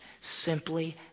simply